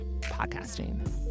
podcasting